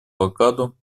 блокаду